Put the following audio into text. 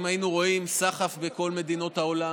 אם היינו רואים סחף בכל מדינות העולם,